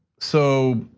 so,